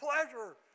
pleasure